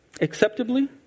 Acceptably